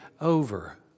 over